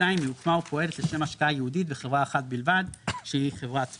היא הוקמה ופועלת לשם השקעה ייעודית בחברה אחת בלבד שהיא חברת מו"פ,